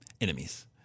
enemies